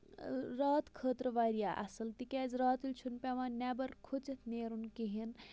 رات خٲطرٕ واریاہ اصٕل تکیازِ راتٕلۍ چھُنہٕ پیٚوان نٮ۪بَر کھوٚژِتھ نیرُن کِہیٖنۍ